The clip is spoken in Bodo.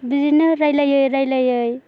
बिदिनो रायज्लायै रायज्लायै